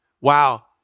Wow